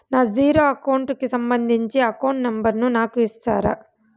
నా zero account కి సంబంధించి అకౌంట్ నెంబర్ ను నాకు ఇస్తారా